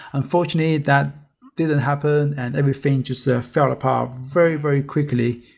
unfortunately, that didn't happen and everything just ah fell apart very very quickly.